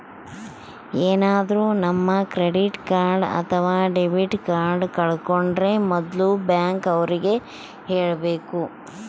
ಏನಾದ್ರೂ ನಮ್ credit card ಅಥವಾ ಡೆಬಿಟ್ ಕಾರ್ಡ್ ಕಳ್ಕೊಂಡ್ರೆ ಮೊದ್ಲು ಬ್ಯಾಂಕ್ ಅವ್ರಿಗೆ ಹೇಳ್ಬೇಕು